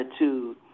attitude